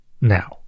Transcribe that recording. now